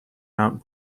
mount